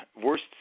Worst